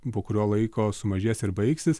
po kurio laiko sumažės ir baigsis